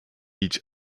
each